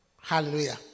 Hallelujah